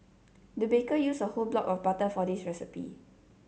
the baker used a whole block of butter for this recipe